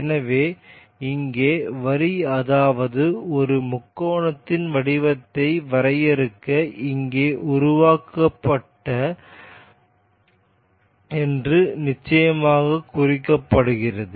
எனவே இங்கே வரி அதாவது ஒரு முக்கோணத்தின் வடிவத்தை வரையறுக்க இங்கே உருவாக்கப்பட்டது என்று நிச்சயமாக குறிக்கப்படுகிறது